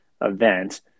event